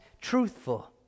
truthful